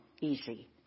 easy